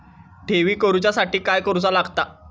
ठेवी करूच्या साठी काय करूचा लागता?